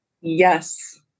Yes